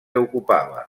ocupava